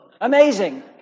amazing